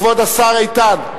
כבוד השר איתן,